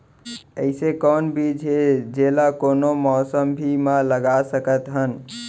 अइसे कौन बीज हे, जेला कोनो मौसम भी मा लगा सकत हन?